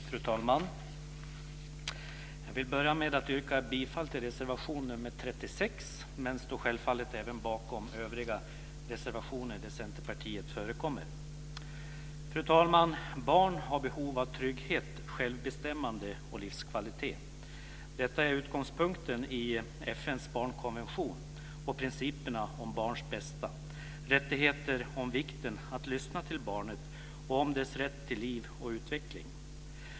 Fru talman! Jag vill börja med att yrka bifall till reservation 36, men jag står självfallet bakom även övriga reservationer där Centerpartiet finns med. Fru talman! Barn har behov av trygghet, självbestämmande och livskvalitet. Detta är utgångspunkten i FN:s barnkonvention och principerna om barns bästa, rättigheter om vikten av att lyssna till barnet och om dess rätt till liv och utveckling.